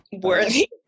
worthy